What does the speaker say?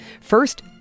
First